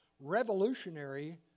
revolutionary